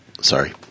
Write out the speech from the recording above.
Sorry